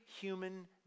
human